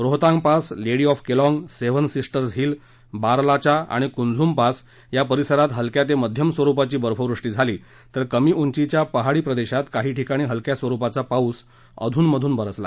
Rohtang pass lady of Keylong seven sisters hill Baralacha आणि कुंझूमपास या परिसरात हलक्या ते मध्यम स्वरुपाची बर्फवृष्टी झाली तर कमी उंचीच्या पहाडी प्रदेशात काही ठिकाणी हलक्या स्वरुपाचा पाऊस अध्रन मधून बरसला